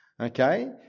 Okay